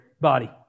body